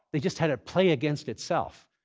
they just had it play against itself.